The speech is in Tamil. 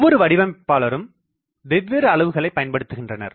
ஒவ்வொரு வடிவமைப்பாளரும் வெவ்வேறு அளவுகளை பயன்படுத்துகின்றனர்